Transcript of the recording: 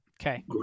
okay